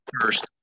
first